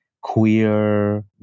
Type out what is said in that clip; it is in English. queer